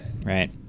right